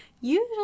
usually